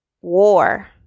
war